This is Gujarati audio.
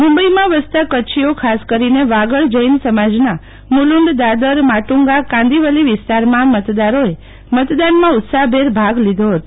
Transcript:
મુંબઈમાં વસતા કચ્છીઓ ખાસ કરીને વાગડ જૈન સમાજના મુલુંડ દાદર માટુંગા કાંદીવલી વિસ્તારમાં મતદારોએ મતદાનમાં ઉત્સાહભેર ભાગ લીધો હતો